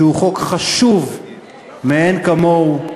שהוא חוק חשוב מאין כמוהו,